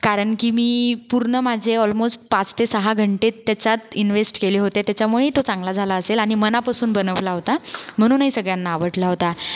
कारण की मी पूर्ण माझे ऑलमोस्ट पाच ते सहा घंटेत त्याच्यात इन्वेस्ट केले होते त्याच्यामुळे तो चांगला झाला असेल आणि मनापासून बनवला होता म्हणूनही सगळ्यांना आवडला होता